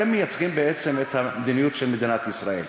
אתם מייצגים בעצם את המדיניות של מדינת ישראל.